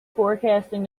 forecasting